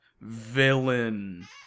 villain